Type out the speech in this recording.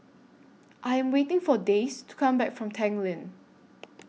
I Am waiting For Dayse to Come Back from Tanglin